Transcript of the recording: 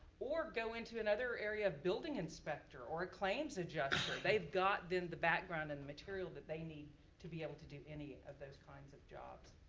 or go into another area of building inspector or a claims adjuster, they've got, then, the background and the material that they need to be able to do any of those kinds of jobs.